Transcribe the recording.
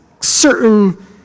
certain